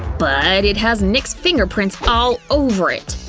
but it has nick's fingerprints all over it.